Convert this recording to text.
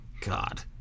God